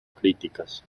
críticas